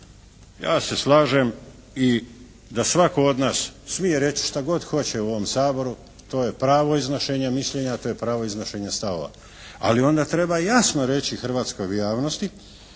Ja se slažem i da svatko od nas smije reći šta god hoće u ovom Saboru. To je pravo iznošenja mišljenja. To je pravo iznošenja stavova. Ali onda treba jasno reći hrvatskoj javnosti